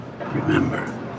remember